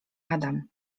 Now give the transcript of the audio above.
adam